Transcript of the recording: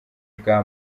bwa